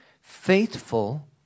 faithful